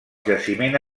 jaciment